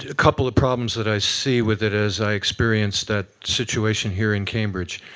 ah couple of problems that i see with it as i experience that situation here in cambridge.